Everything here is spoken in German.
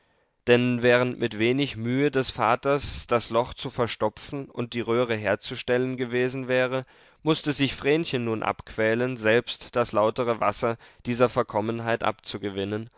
denn während mit wenig mühe des vaters das loch zu verstopfen und die röhre herzustellen gewesen wäre mußte sich vrenchen nun abquälen selbst das lautere wasser dieser verkommenheit abzugewinnen